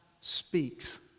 speaks